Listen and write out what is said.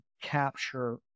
capture